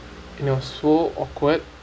you know so awkward